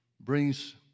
brings